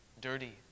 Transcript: dirty